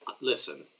listen